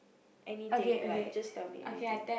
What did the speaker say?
anything like just tell me anything